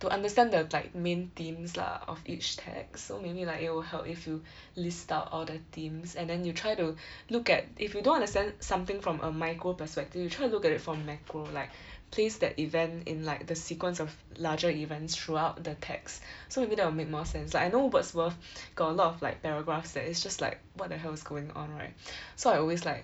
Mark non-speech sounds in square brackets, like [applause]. to understand the like main themes lah of each text so maybe like it will help if you [breath] list out all the themes and then you try to [breath] look at if you don't understand something from a micro perspective you try to look at it like from macro like [breath] place the event in like the sequence of larger events throughout the text [breath] so maybe that will make more sense like I know Wordsworth [breath] got a lot of like paragraphs that is just like what the hell is going on right [breath] so I always like